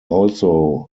also